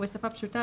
ובשפה פשוטה,